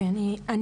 דקה לכל אחת.